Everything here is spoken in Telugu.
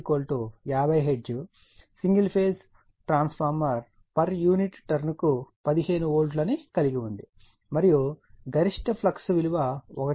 single phase transformer per unit turn కు 15 వోల్ట్లను కలిగి ఉంది మరియు గరిష్ట ఫ్లక్స్ విలువ 1